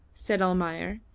said almayer,